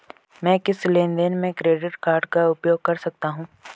मैं किस लेनदेन में क्रेडिट कार्ड का उपयोग कर सकता हूं?